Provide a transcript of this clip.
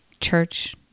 church